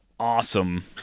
awesome